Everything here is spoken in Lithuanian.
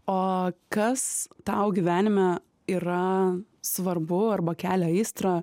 o kas tau gyvenime yra svarbu arba kelia aistrą